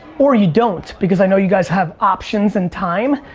or you don't because i know you guys have options and time,